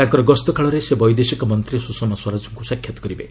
ତାଙ୍କର ଗସ୍ତ କାଳରେ ସେ ବୈଦେଶିକମନ୍ତ୍ରୀ ସୁଷମା ସ୍ୱରାଜଙ୍କୁ ସାକ୍ଷାତ କରିବେ